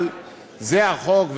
אבל זה החוק,